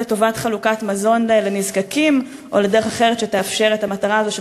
לטובת חלוקת מזון לנזקקים או לדרך אחרת שתאפשר את המטרה הזאת,